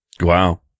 wow